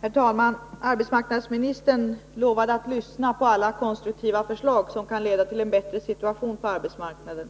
Herr talman! Arbetsmarknadsministern lovade att lyssna på alla konstruktiva förslag som kan leda till en bättre situation på arbetsmarknaden.